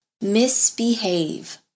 misbehave